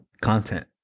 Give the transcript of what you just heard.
content